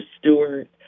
Stewart